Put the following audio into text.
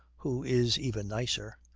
who is even nicer,